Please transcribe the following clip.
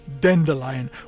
Dandelion